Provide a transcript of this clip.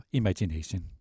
imagination